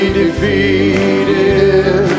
defeated